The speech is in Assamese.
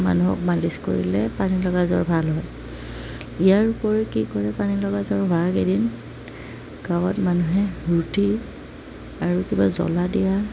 মানুহক মালিচ কৰিলে পানী লগা জ্বৰ ভাল হয় ইয়াৰ উপৰিও কি কৰে পানী লগা জ্বৰ হোৱাৰ কেইদিন গাঁৱত মানুহে ৰুটি আৰু কিবা জ্বলা দিয়া